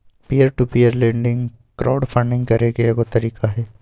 peer to peer lending crowd funding करे के एगो तरीका हई